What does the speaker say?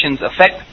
affect